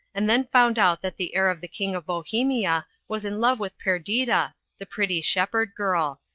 and then found out that the heir of the king of bohemia was in love with perdita, the pretty shepherd girl.